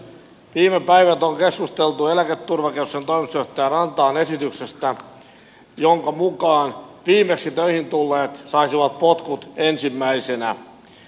viime päivät on keskusteltu eläketurvakeskuksen toimitusjohtaja rantalan esityksestä jonka mukaan viimeksi töihin tulleet saisivat potkut ensimmäisenä